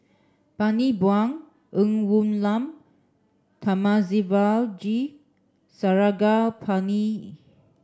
Bani Buang Ng Woon Lam Thamizhavel G Sarangapani